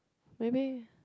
maybe